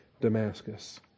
Damascus